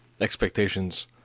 expectations